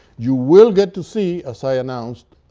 you will get to see, as i announced,